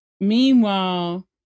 meanwhile